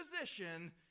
position